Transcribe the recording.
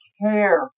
care